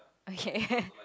okay